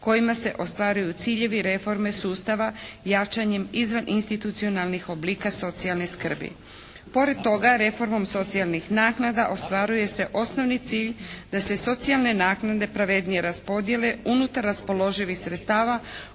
kojima se ostvaruju ciljevi reforme sustava jačanjem izvan institucionalnih oblika socijalne skrbi. Pored toga reformom socijalnih naknada ostvaruje se osnovni cilj da se socijalne naknade pravednije raspodijele unutar raspoloživih sredstava